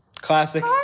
classic